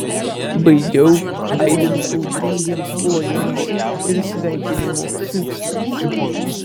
baigiau aidint audringiems plojimams ir sveikinimo šūksniams